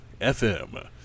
FM